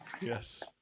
yes